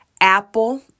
Apple